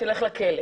היא תלך לכלא.